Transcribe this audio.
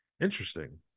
interesting